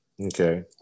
Okay